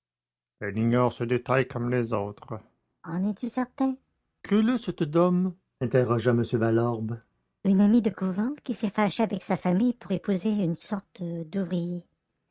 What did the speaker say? elle ignore ce détail comme les autres en es-tu certain quelle est cette dame interrogea m valorbe une amie de couvent qui s'est fâchée avec sa famille pour épouser une sorte d'ouvrier